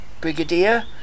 Brigadier